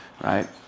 right